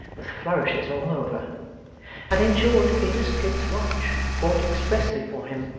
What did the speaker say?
with flourishes all over and in short it is kit's watch, bought expressly for him,